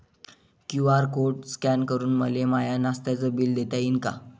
QR code scan करून मले माय नास्त्याच बिल देता येईन का?